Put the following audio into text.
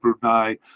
Brunei